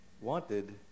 wanted